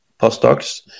postdocs